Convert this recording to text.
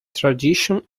tradition